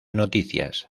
noticias